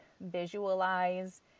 visualize